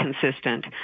consistent